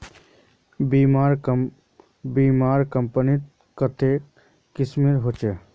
बीमार कंपनी कत्ते किस्म होछे